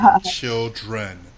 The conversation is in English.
children